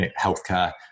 healthcare